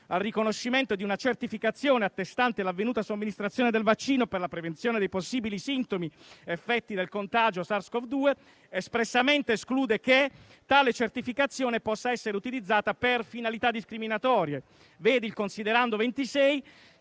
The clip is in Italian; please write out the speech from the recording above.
al riconoscimento di una certificazione attestante l'avvenuta somministrazione del vaccino per la prevenzione dei possibili sintomi effetto del contagio da SARS-CoV-2 espressamente esclude che tale certificazione possa essere utilizzata per finalità discriminatorie (V. *Considerando 26